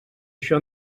això